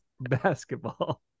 basketball